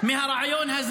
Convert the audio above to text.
הר הבית בידינו.